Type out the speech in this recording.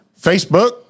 Facebook